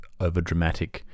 overdramatic